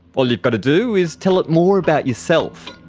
all you've got to do is tell it more about yourself.